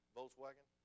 Volkswagen